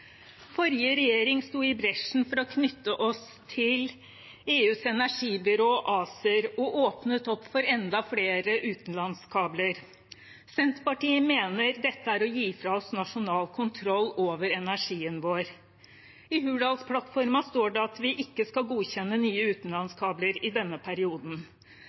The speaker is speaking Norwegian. Forrige regjering gikk i bresjen for å knytte oss til EUs energibyrå ACER og åpnet opp for enda flere utenlandskabler. Senterpartiet mener dette er å gi fra seg nasjonal kontroll over energien vår. I Hurdalsplattformen står det at vi ikke skal godkjenne nye utenlandskabler i denne perioden.